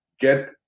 get